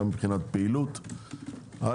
גם